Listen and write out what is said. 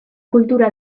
kultura